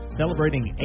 celebrating